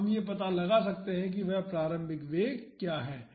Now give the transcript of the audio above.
तो हम यह पता लगा सकते हैं कि वह प्रारंभिक वेग क्या है